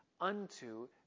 unto